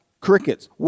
Crickets